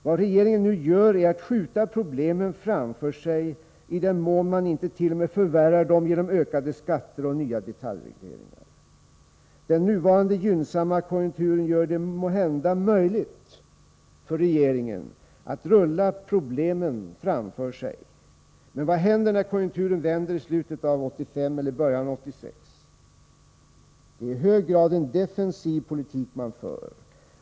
Vad regeringen nu gör är att skjuta problemen framför sig i den mån den intet.o.m. förvärrar dem genom ökade skatter och nya detaljregleringar. Den nuvarande gynnsamma konjunkturen gör det måhända möjligt för regeringen att rulla problemen framför sig, men vad händer när konjunkturen vänder i slutet av 1985 eller i början av 1986? Man för en i hög grad defensiv politik.